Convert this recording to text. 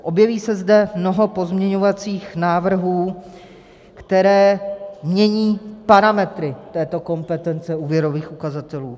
Objeví se zde mnoho pozměňovacích návrhů, které mění parametry této kompetence úvěrových ukazatelů.